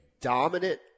dominant